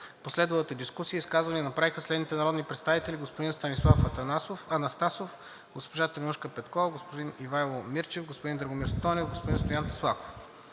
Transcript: последвалата дискусия изказвания направиха следните народни представители: господин Станислав Анастасов, госпожа Теменужка Петкова, господин Ивайло Мирчев, господин Драгомир Стойнев и господин Стоян Таслаков.